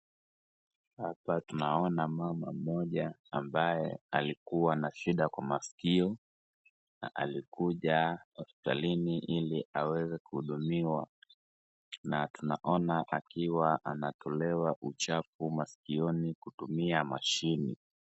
Hapa tunaona mama mmoja ambaye alikuwa na shida kwa masikio, na alikuja hospitalini ili aweze kuhudumiwa, na tunaona akiwa anatolewa uchafu masikioni kutumia mashini.